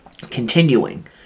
Continuing